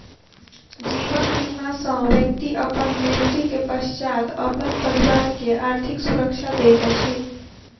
जीवन बीमा सॅ व्यक्ति अपन मृत्यु के पश्चात अपन परिवार के आर्थिक सुरक्षा दैत अछि